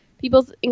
people's